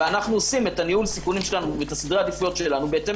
ואנחנו עושים את ניהול סיכונים שלנו ואת סדרי העדיפויות שלנו בהתאם